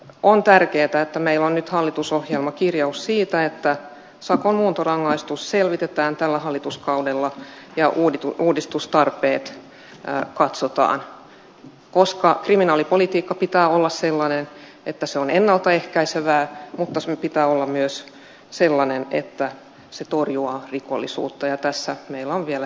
on tärkeätä että meillä on nyt hallitusohjelmakirjaus siitä että sakon muuntorangaistus selvitetään tällä hallituskaudella ja uudistustarpeet katsotaan koska kriminaalipolitiikan pitää olla sellaista että se on ennalta ehkäisevää mutta sen pitää olla myös sellaista että se torjuu rikollisuutta ja tässä meillä on vielä